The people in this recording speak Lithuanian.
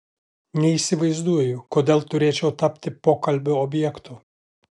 neįsivaizduoju kodėl turėčiau tapti pokalbio objektu